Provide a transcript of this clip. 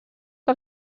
que